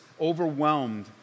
overwhelmed